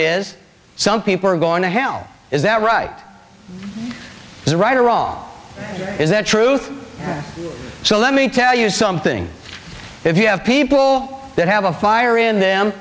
is some people are going to hell is that right is right or wrong is that truth so let me tell you something if you have people that have a fire in them